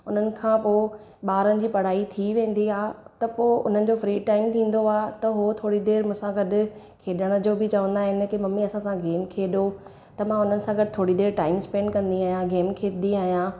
उन्हनि खां पोइ ॿारनि जी पढ़ाई थी वेंदी आहे त पोइ उन्हनि जो फ्री टाइम थींदो आहे त उहो थोरी देरि मूंसां गॾु खेॾण जो बि चवंदा आहिनि की मम्मी असां सां गेम खेॾो त मां उन्हनि सां गॾु थोरी देरि टाइम स्पेंड कंदी आहियां गेम खेॾंदी आहियां